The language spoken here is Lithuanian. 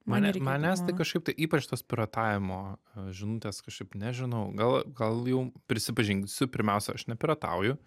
mane manęs tai kažkaip tai ypač tos piratavimo žinutės kažkaip nežinau gal gal jau prisipažinsiu pirmiausia aš nepiratauju